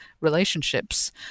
relationships